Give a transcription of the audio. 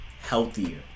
healthier